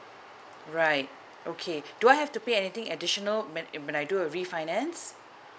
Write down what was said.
right okay do I have to pay anything additional ma~ when I do a refinance